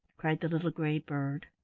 cried the little gray bird.